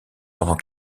pendant